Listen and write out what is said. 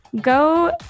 Go